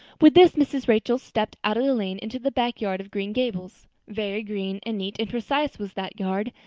with this mrs. rachel stepped out of the lane into the backyard of green gables. very green and neat and precise was that yard,